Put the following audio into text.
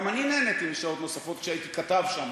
גם אני נהניתי משעות נוספות כשהייתי כתב שם,